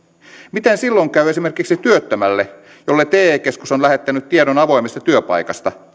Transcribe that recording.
miten silloin käy esimerkiksi työttömälle jolle te keskus on lähettänyt tiedon avoimesta työpaikasta